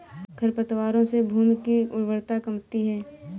खरपतवारों से भूमि की उर्वरता कमती है